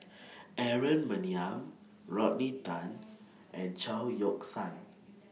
Aaron Maniam Rodney Tan and Chao Yoke San